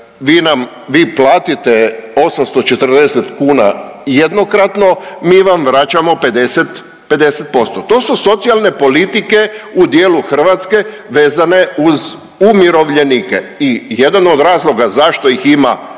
vi platite 840 kuna jednokratno, mi vam vraćamo 50%, to su socijalne politike u dijelu Hrvatske vezano uz umirovljenike i jedan od razloga zašto ih ima manji